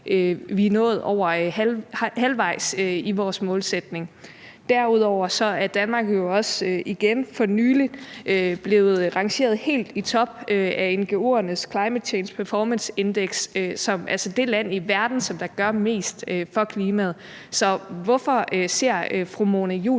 vi er nået over halvvejs i vores målsætning. Derudover er Danmark jo også igen for nylig rangeret helt i top af ngo'ernes Climate Change Performance Index som det land i verden, der gør mest for klimaet. Så hvorfor ser fru Mona Juul